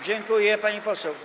Dziękuję, pani poseł.